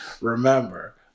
remember